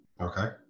Okay